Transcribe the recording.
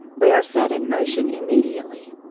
we are set in motion immediately.